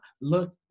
look